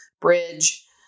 bridge